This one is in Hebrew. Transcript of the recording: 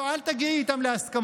לא, אל תגיעי איתם להסכמות.